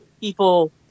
people